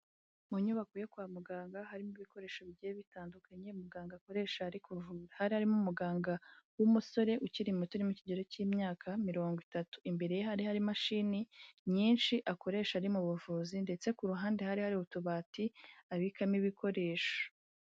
Mu nyubako yo kwa muganga harimo ibikoresho bigiye bitandukanye, muganga akoresha ari kuvura. Hari harimo umuganga w'umusore ukiri muto uri mu kigero cy'imyaka mirongo itatu; imbere ye hari hari imashini nyinshi akoresha ari mu buvuzi; ndetse ku ruhande hari hari utubati abikamo ibikoresho.